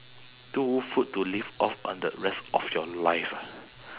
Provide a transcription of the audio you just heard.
two food to live off on the rest of your life ah